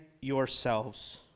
yourselves